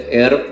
air